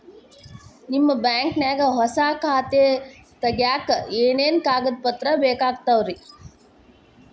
ನಿಮ್ಮ ಬ್ಯಾಂಕ್ ನ್ಯಾಗ್ ಹೊಸಾ ಖಾತೆ ತಗ್ಯಾಕ್ ಏನೇನು ಕಾಗದ ಪತ್ರ ಬೇಕಾಗ್ತಾವ್ರಿ?